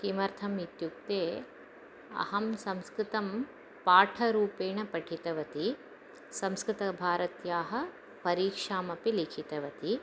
किमर्थम् इत्युक्ते अहं संस्कृतं पाठरूपेण पठितवति संस्कृतभारत्याः परीक्षामपि लीखितवति